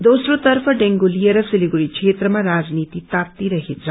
दोस्रोर्फे डेगू लिएर सिलगढ़ी क्षेत्रमा राजनीति तातिरहेछ